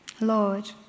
Lord